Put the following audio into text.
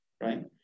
right